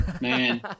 man